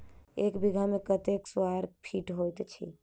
एक बीघा मे कत्ते स्क्वायर फीट होइत अछि?